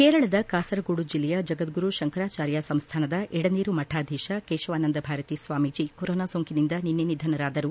ಕೇರಳದ ಕಾಸರಗೋಡು ಜಿಲ್ಲೆಯ ಜಗದ್ಗುರು ಶಂಕರಾಚಾರ್ಯ ಸಂಸ್ಥಾನದ ಎಡನೀರು ಮಠಾಧೀಶ ಕೇಶವಾನಂದ ಭಾರತೀ ಸ್ವಾಮೀಜಿ ಕೊರೋನಾ ಸೋಂಕಿನಿಂದ ನಿನ್ನೆ ನಿಧನರಾದರು